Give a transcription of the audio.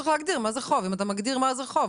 חובה מדעת.